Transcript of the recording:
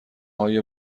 های